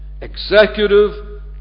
Executive